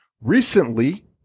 Recently